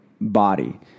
body